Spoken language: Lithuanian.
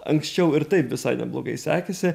anksčiau ir taip visai neblogai sekėsi